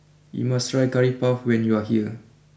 you must try Curry Puff when you are here